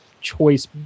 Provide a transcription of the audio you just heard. choice